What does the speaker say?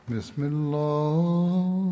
Bismillah